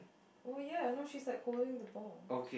oh ya no she's like holding the ball